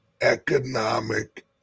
economic